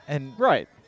Right